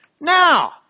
Now